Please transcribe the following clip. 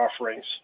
offerings